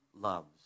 loves